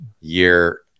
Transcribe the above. year